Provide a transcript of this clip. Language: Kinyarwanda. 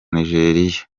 nigeria